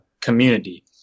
community